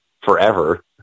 forever